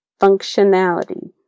functionality